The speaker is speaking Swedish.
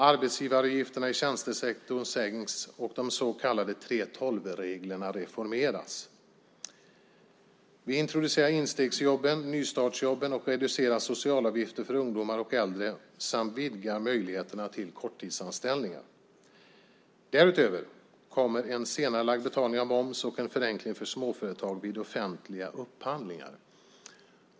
Arbetsgivaravgifterna i tjänstesektorn sänks, och de så kallade 3:12-reglerna reformeras. Vi introducerar instegsjobben och nystartsjobben och reducerar socialavgifter för ungdomar och äldre samt vidgar möjligheterna till korttidsanställningar. Därutöver kommer en senarelagd betalning av moms och en förenkling för småföretag vid offentliga upphandlingar.